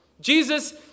Jesus